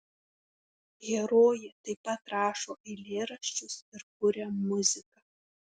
herojė taip pat rašo eilėraščius ir kuria muziką